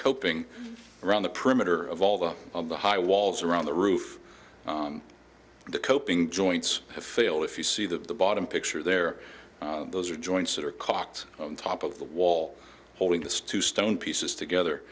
coping around the perimeter of all the of the high walls around the roof of the coping joints have failed if you see the bottom picture there those are joints that are cocked on top of the wall holding this two stone pieces together